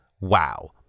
Wow